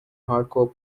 hardcore